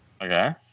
Okay